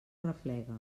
arreplega